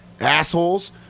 assholes